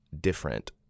different